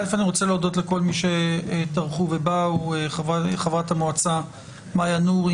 אני רוצה להודות לכל מי שטרחו ובאו: חברת המועצה מאיה נורי,